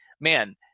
man